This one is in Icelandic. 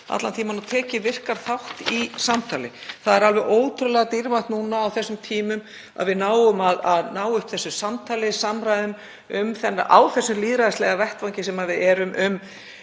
allan tímann og tekið virkan þátt í samtali. Það er alveg ótrúlega dýrmætt nú á þessum tímum að við náum upp þessu samtali, samræðum á þessum lýðræðislega vettvangi sem við erum, um